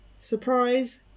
Surprise